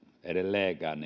edelleenkään